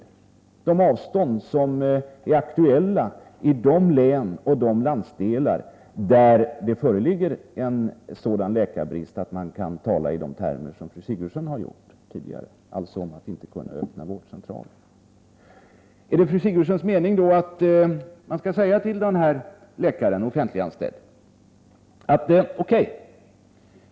Det är sådana avstånd som är aktuella i de län och de landsdelar där det föreligger sådan läkarbrist att man kan tala i de termer som fru Sigurdsen har gjort tidigare, dvs. om att inte kunna öppna vårdcentraler. Är det fru Sigurdsens mening att man skall säga till denne offentliganställde läkare: O.K.